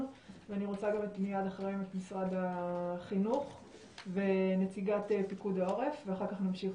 גם אם מחר בן אדם פנה לארגון ואמר שיש לו